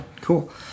cool